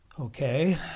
okay